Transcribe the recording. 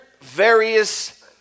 various